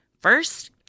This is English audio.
First